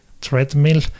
treadmill